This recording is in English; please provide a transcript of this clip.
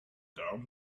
down